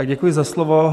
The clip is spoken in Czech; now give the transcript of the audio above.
Děkuji za slovo.